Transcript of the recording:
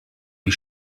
wie